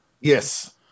yes